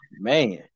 man